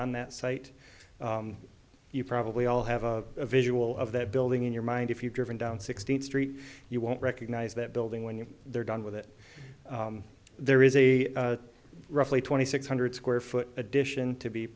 on that site you probably all have a visual of that building in your mind if you've driven down sixteenth street you won't recognize that building when you're done with it there is a roughly twenty six hundred square foot addition to be